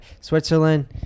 Switzerland